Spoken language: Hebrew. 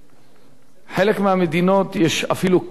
בחלק מהמדינות יש אפילו כאוס, הייתי אומר.